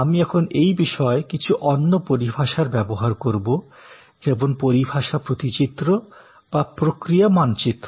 আমি এখন এই বিষয়ে কিছু অন্য পরিভাষার ব্যবহার করবো যেমন পরিভাষা প্রতিচিত্র বা প্রক্রিয়া মানচিত্র